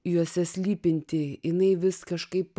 juose slypinti jinai vis kažkaip